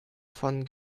von